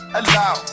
allow